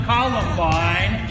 Columbine